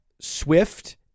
Swift